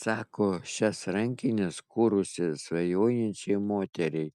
sako šias rankines kūrusi svajojančiai moteriai